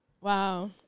Wow